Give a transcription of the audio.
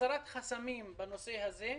להסרת חסמים בנושא הזה.